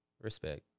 Respect